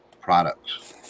products